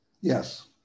Yes